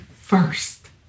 first